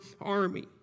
army